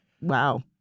Wow